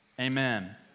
Amen